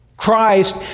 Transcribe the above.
Christ